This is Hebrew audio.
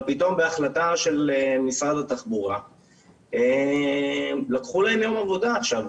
אבל פתאום בהחלטה של משרד התחבורה לקחו לכם יום עבודה עכשיו.